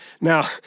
Now